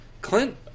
Clint